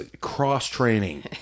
cross-training